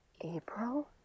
April